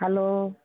hello